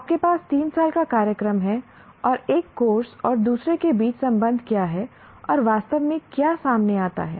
आपके पास 3 साल का कार्यक्रम है और एक कोर्स और दूसरे के बीच संबंध क्या है और वास्तव में क्या सामने आता है